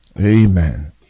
Amen